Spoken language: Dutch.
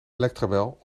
electrabel